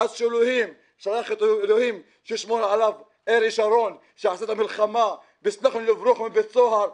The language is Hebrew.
עד ששלח אלוהים את אריק שרון שעשה את המלחמה והצלחנו לברוח מבית הסוהר.